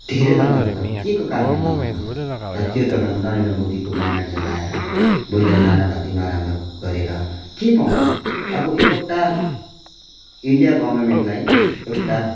धेरै दङ्गा फसाद के को कारणले दङ्गा फसाद त्यो जग्गामा नरेन्द्र मोदीको ब्यानर जलाएर बोलेर नानाभाँती नराम्रो गरेर के पाउँछ अब एउटा इन्डिया गभर्मेन्टलाई एउटा